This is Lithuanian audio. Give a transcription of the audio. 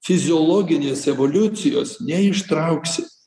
fiziologinės evoliucijos neištrauksi